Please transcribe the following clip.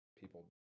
people